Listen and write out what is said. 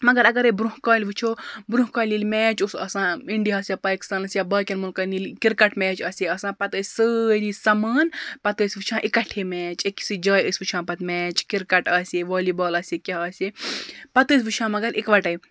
مگر اگرے برٛونٛہہ کالہِ وٕچھو برٛونٛہہ کالہِ ییٚلہِ میچ اوس آسان اِنڈیاہَس یا پاکِستانَس یا باقیَن مُلکن ییٚلہِ کِرکَٹ میچ آسہِ ہے آسان پَتہٕ ٲسۍ سٲری سَمان پَتہٕ ٲسۍ وٕچھان اِکَٹھے میچ أکِسٕے جایہِ ٲسۍ وٕچھان پَتہٕ میچ کِرکَٹ آسہِ والی بال آسہِ ہے کیٛاہ آسہِ ہے پَتہٕ ٲسۍ وٕچھان مگر اِکوَٹَے